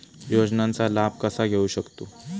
योजनांचा लाभ कसा घेऊ शकतू?